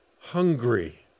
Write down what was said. Hungry